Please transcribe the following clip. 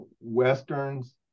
Westerns